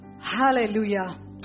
Hallelujah